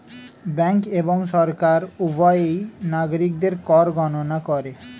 bank এবং সরকার উভয়ই নাগরিকদের কর গণনা করে